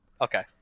Okay